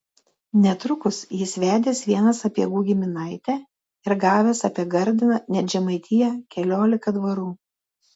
netrukus jis vedęs vieną sapiegų giminaitę ir gavęs apie gardiną net žemaitiją keliolika dvarų